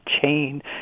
chain